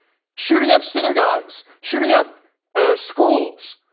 shooting up synagogues, shooting up schools.